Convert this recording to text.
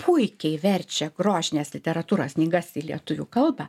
puikiai verčia grožinės literatūros knygas į lietuvių kalbą